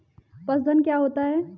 पशुधन क्या होता है?